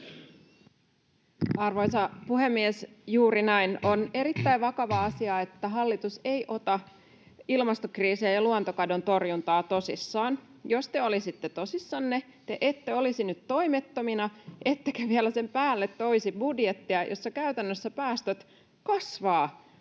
Arvoisa puhemies! Juuri näin. On erittäin vakava asia, että hallitus ei ota ilmastokriisiä ja luontokadon torjuntaa tosissaan. Jos te olisitte tosissanne, te ette olisi nyt toimettomina ettekä vielä sen päälle toisi budjettia, jossa käytännössä päästöt kasvavat.